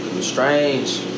Strange